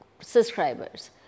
subscribers